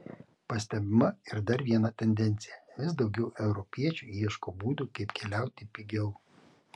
pastebima ir dar viena tendencija vis daugiau europiečių ieško būdų kaip keliauti pigiau